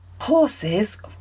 Horses